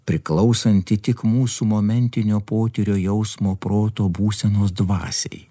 priklausanti tik mūsų momentinio potyrio jausmo proto būsenos dvasiai